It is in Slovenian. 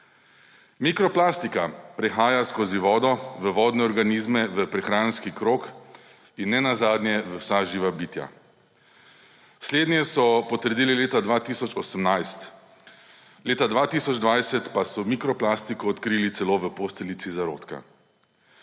Mikroplastika prehaja skozi vodo v vodne organizme, v prehranski krog in nenazadnje v vsa živa bitja. Slednje so potrdili leta 2018, leta 2020 pa so mikroplastiko odkrili celo v posteljici zarodka.